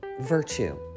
Virtue